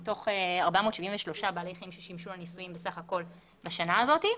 מתוך 473 בעלי חיים ששימוש לניסויים בסך הכול בשנה הזאת.